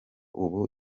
ubu